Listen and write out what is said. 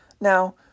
Now